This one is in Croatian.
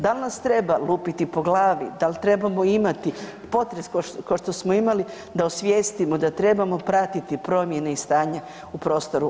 Dal nas treba lupiti po glavi, dal trebamo imati potres ko što smo imali da osvijestimo da trebamo pratiti promjene i stanje u prostoru?